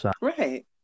Right